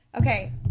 okay